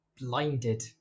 blinded